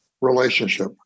relationship